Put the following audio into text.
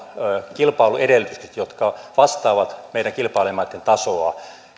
kilpailuedellytykset jotka vastaavat meidän kilpailijamaitten tasoa